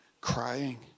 crying